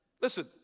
Listen